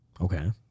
Okay